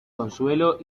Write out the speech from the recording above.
consuelo